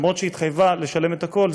אף שהיא התחייבה לשלם את הכול,